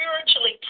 spiritually